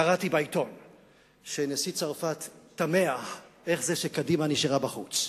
קראתי בעיתון שנשיא צרפת תמה איך זה שקדימה נשארה בחוץ.